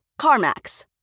CarMax